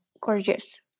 Gorgeous